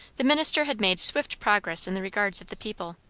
the minister had made swift progress in the regards of the people.